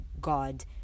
God